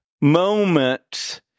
moment